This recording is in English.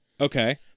Okay